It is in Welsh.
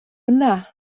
yna